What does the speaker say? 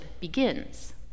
begins